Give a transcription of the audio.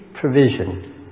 provision